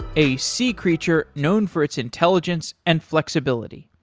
a sea creature known for its intelligence and flexibility.